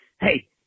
hey